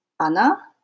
Anna